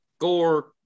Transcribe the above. Gore